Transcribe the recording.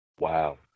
Wow